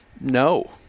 No